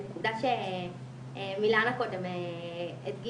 זו נקודה שמילנה קודם הדגישה,